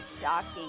shocking